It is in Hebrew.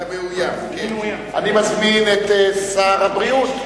אני מזמין את שר הבריאות,